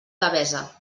devesa